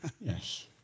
Yes